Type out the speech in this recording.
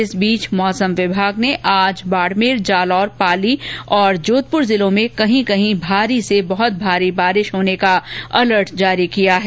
इस बीच मौसम विभाग ने आज बाड़मेर जालौर पाली तथा जोधपुर जिलों में कहीं कहीं भारी से अति भारी बारिश का अलर्ट जारी किया है